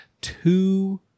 two